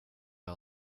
jag